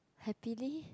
happily